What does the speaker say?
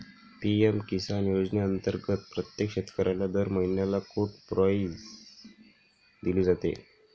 PM Kisan योजनेअंतर्गत प्रत्येक शेतकऱ्याला दर महिन्याला कोड प्राईज दिली जाते